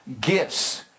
gifts